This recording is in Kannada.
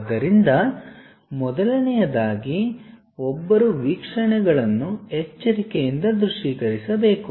ಆದ್ದರಿಂದ ಮೊದಲನೆಯದಾಗಿ ಒಬ್ಬರು ವೀಕ್ಷಣೆಗಳನ್ನು ಎಚ್ಚರಿಕೆಯಿಂದ ದೃಶ್ಯೀಕರಿಸಬೇಕು